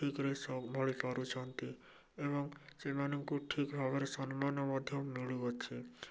ଠିକରେ ସମ୍ଭାଳି ପାରୁଛନ୍ତି ଏବଂ ସେମାନଙ୍କୁ ଠିକ ଭାବରେ ସମ୍ମାନ ମଧ୍ୟ ମିଳୁଅଛି